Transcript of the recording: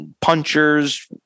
punchers